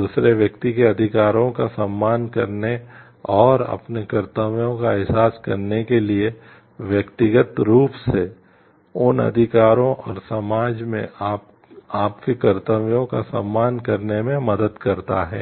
दूसरे व्यक्ति के अधिकारों का सम्मान करने और अपने कर्तव्यों का एहसास करने के लिए व्यक्तिगत रूप से उन अधिकारों और समाज में आपके कर्तव्यों का सम्मान करने में मदद करता है